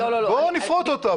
בואו נפרוט אותה,